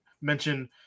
mention